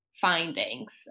findings